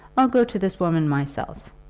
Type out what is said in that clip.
i'll go to this woman myself.